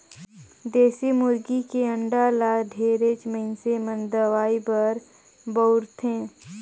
देसी मुरगी के अंडा ल ढेरेच मइनसे मन दवई बर बउरथे